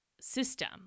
system